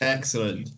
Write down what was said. Excellent